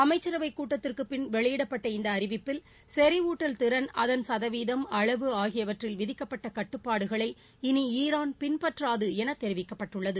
அமைச்சரவை கூட்டத்திற்கு பின் வெளியிடப்பட்ட இந்த அறிவிப்பில் செறிவூட்டல் திறன் அதன் சதவீதம் அளவு ஆகியவற்றில் விதிக்கப்பட்ட கட்டுப்பாடுகளை இளி ஈரான் பின்பற்றாது என தெரிவிக்கப்பட்டுள்ளது